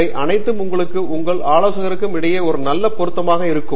இவை அனைத்தும் உங்களுக்கும் உங்கள் ஆலோசகருக்கும் இடையே ஒரு நல்ல பொருத்தமாக இருக்கும்